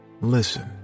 listen